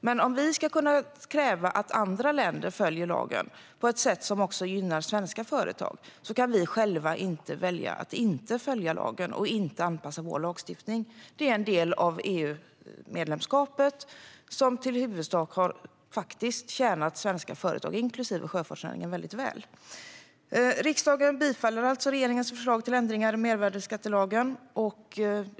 Men om vi ska kunna kräva att andra länder följer lagen på ett sätt som också gynnar svenska företag kan vi själva inte välja att inte följa lagen eller inte anpassa vår lagstiftning. Detta är en del av EU-medlemskapet som i huvudsak faktiskt har tjänat svenska företag inklusive sjöfartsnäringen väldigt väl. Riksdagen kommer därför att bifalla regeringens förslag till ändringar i mervärdesskattelagen.